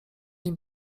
nim